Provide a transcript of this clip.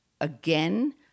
again